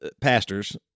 pastors